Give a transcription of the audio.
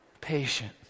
Patient